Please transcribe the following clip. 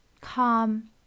calm